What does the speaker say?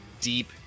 deep